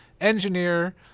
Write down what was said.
engineer